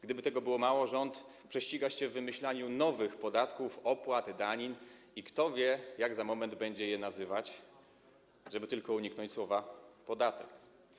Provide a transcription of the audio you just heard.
Jakby tego było mało, rząd prześciga się w wymyślaniu nowych podatków, opłat, danin i kto wie, jak za moment będzie je nazywać, żeby tylko uniknąć słowa: podatek.